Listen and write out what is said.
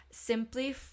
simply